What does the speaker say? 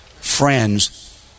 friends